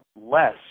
less